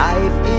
Life